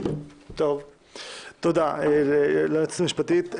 תודה ליועצת המשפטית.